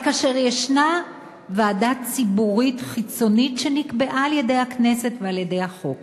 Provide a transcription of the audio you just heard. אבל כאשר ישנה ועדה ציבורית חיצונית שנקבעה על-ידי הכנסת ובחוק,